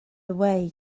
away